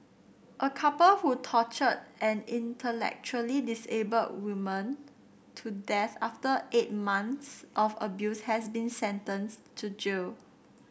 a couple who tortured an intellectually disabled woman to death after eight months of abuse has been sentenced to jail